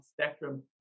spectrum